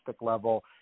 level